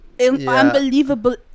Unbelievable